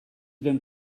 been